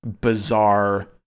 bizarre